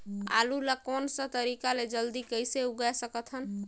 आलू ला कोन सा तरीका ले जल्दी कइसे उगाय सकथन?